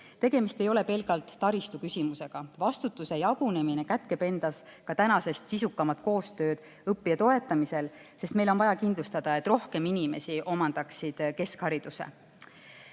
Tegemist ei ole pelgalt taristuküsimusega. Vastutuse jagunemine kätkeb endas ka sisukamat koostööd õppija toetamisel, sest meil on vaja kindlustada, et rohkem inimesi omandaksid keskhariduse.